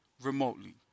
remotely